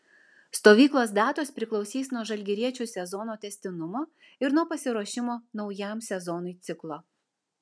stovyklos datos priklausys nuo žalgiriečių sezono tęstinumo ir nuo pasiruošimo naujam sezonui ciklo